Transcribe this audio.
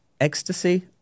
ecstasy